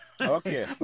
Okay